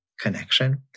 connection